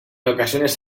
ocasiones